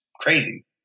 crazy